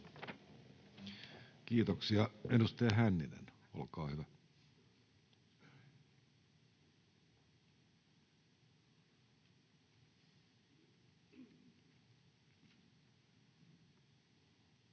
Kiitoksia. — Edustaja Hänninen, olkaa hyvä.